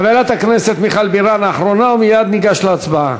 חברת הכנסת מיכל בירן אחרונה, ומייד ניגש להצבעה.